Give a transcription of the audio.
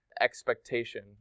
expectation